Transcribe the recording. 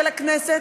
של הכנסת,